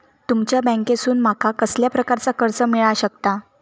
तुमच्या बँकेसून माका कसल्या प्रकारचा कर्ज मिला शकता?